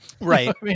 Right